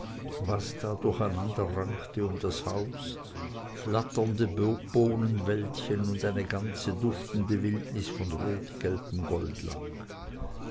was da durcheinander rankte um das haus flatternde bohnenwäldchen und eine ganze duftende wildnis von rotgelbem goldlack